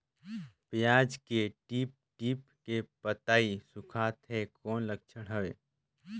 पियाज के टीप टीप के पतई सुखात हे कौन लक्षण हवे?